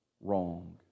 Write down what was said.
wrong